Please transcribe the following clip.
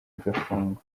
agafungwa